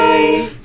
Bye